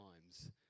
times